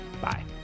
Bye